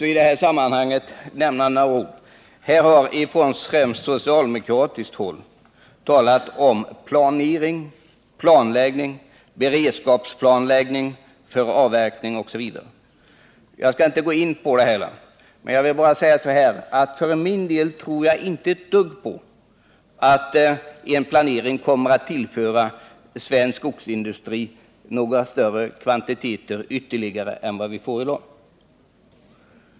I detta sammanhang skulle jag vilja säga att man främst på socialdemokratiskt håll har talat om planering, planläggning, beredskapsplanläggning för avverkning osv. Jag skall inte gå in på dessa frågor utan bara säga att jag för min del inte tror ett dugg på att en planering kommer att tillföra svensk skogsindustri några större kvantiteter än dagens.